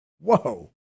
whoa